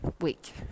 week